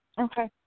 Okay